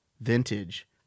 vintage